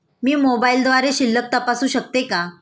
मी मोबाइलद्वारे शिल्लक तपासू शकते का?